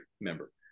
member